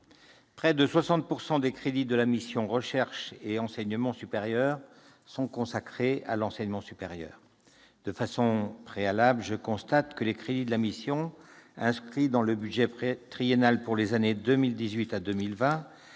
près de 60 % des crédits de la mission « Recherche et enseignement supérieur » sont consacrés à l'enseignement supérieur. Au préalable, je souligne que les crédits de la mission inscrits dans le budget triennal pour les années 2018 à 2020 progressent moins rapidement que